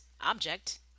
object